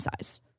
size